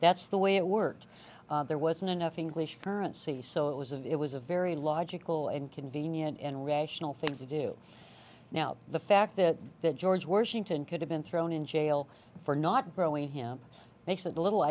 that's the way it worked there wasn't enough english currency so it was and it was a very logical and convenient and rational thing to do now the fact that that george washington could have been thrown in jail for not growing him they said a little